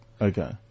Okay